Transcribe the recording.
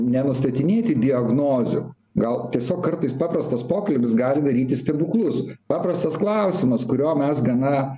nenustatinėti diagnozių gal tiesiog kartais paprastas pokalbis gali daryti stebuklus paprastas klausimas kurio mes gana